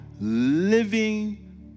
living